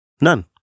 None